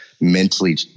mentally